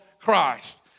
Christ